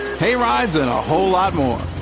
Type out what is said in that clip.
hay rides and a whole lot more.